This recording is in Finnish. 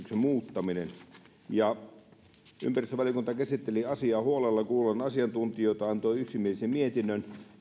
muuttaminen ympäristövaliokunta käsitteli asiaa huolella kuullen asiantuntijoita antoi yksimielisen mietinnön